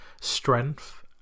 strength